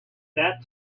that